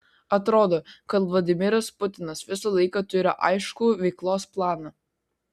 atrodo kad vladimiras putinas visą laiką turi aiškų veiklos planą